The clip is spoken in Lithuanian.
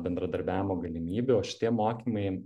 bendradarbiavimo galimybių o šitie mokymai